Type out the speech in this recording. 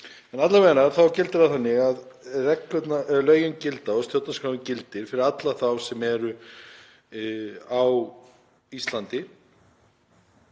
En alla vega þá gildir það þannig að reglurnar, lögin gilda og stjórnarskráin gildir fyrir alla þá sem eru á Íslandi,